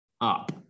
up